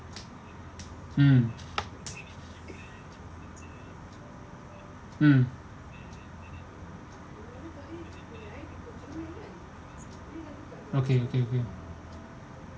mm mm okay K K